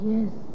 Yes